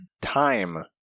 time